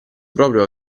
proprio